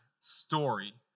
story